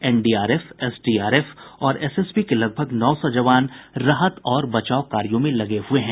NDRF SDRF और SSB के लगभग नौ सौ जवान राहत और बचाव कार्यो में जुटे हुये हैं